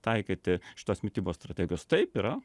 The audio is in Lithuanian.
taikyti šitas mitybos strategijos taip yra